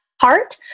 heart